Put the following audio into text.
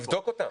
תבדוק אותם.